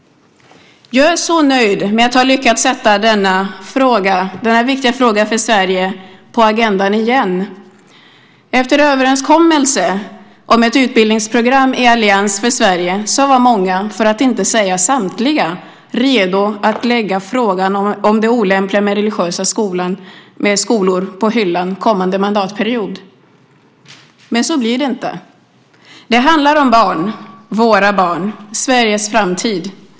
Jag är så nöjd med att lyckas sätta denna viktiga fråga för Sverige på agendan igen. Efter överenskommelsen om ett utbildningsprogram i Allians för Sverige var många, för att inte säga samtliga, redo att lägga frågan om det olämpliga med religiösa skolor på hyllan under kommande mandatperiod. Men så blir det inte. Det handlar om barn - våra barn och Sveriges framtid.